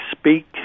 speak